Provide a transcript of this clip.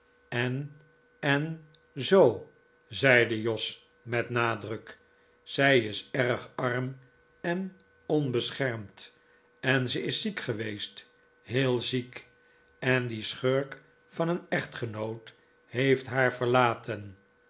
en en zoo zeide jos met nadruk zij is erg arm en onbeschermd en ze is ziek geweest heel ziek en die schurk van een echtgenoot heeft haar verlaten